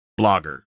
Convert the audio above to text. blogger